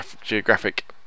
Geographic